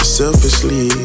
selfishly